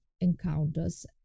encounters